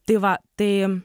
tai va tai